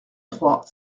trois